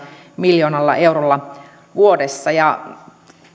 miljoonalla eurolla vuodessa